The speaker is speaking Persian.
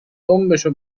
دمبشو